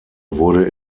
wurde